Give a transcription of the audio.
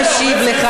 אני מציע לך.